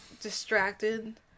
distracted